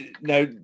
now